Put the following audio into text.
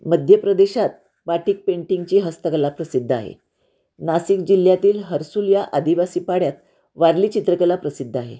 मध्यप्रदेशात बाटिक पेंटिंगची हस्तकला प्रसिद्ध आहे नाशिक जिल्ह्यातील हर्सुल या आदिवासी पाड्यात वारली चित्रकला प्रसिद्ध आहे